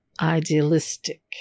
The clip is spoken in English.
idealistic